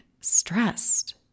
stressed